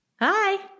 Hi